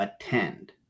attend